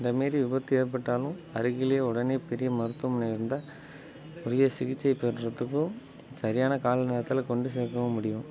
இந்த மாரி விபத்து ஏற்பட்டாலும் அருகிலே உடனே ஒரு பெரிய மருத்துவமனை இருந்தால் உரிய சிகிச்சை பெறுறதுக்கும் சரியான கால நேரத்தில் கொண்டு சேர்க்கவும் முடியும்